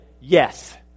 yes